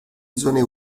zone